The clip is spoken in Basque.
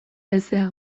hezea